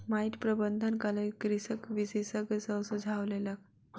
माइट प्रबंधनक लेल कृषक विशेषज्ञ सॅ सुझाव लेलक